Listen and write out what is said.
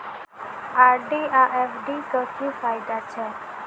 RD आ FD क की फायदा छै?